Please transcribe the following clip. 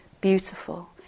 beautiful